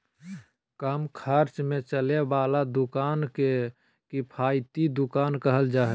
कम खर्च में चले वाला दुकान के किफायती दुकान कहल जा हइ